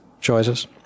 choices